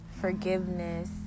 forgiveness